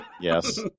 Yes